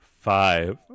five